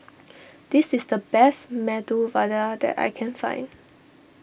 this is the best Medu Vada that I can find